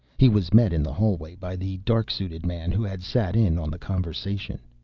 he was met in the hallway by the dark-suited man who had sat in on the conversation.